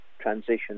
transition